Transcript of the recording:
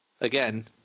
Again